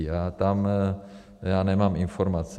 A tam já nemám informace.